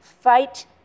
fight